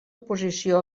posició